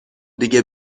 دیگه